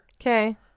Okay